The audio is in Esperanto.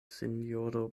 sinjoro